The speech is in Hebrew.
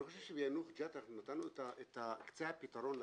אני לא חושב שביאנוח-ג'ת אנחנו נתנו את קצה הפתרון לתאגיד.